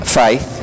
faith